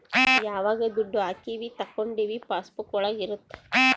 ಯಾವಾಗ ದುಡ್ಡು ಹಾಕೀವಿ ತಕ್ಕೊಂಡಿವಿ ಪಾಸ್ ಬುಕ್ ಒಳಗ ಇರುತ್ತೆ